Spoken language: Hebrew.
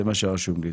זה מה רשום לי.